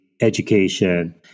education